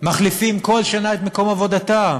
מחליפים בכל שנה את מקום עבודתם.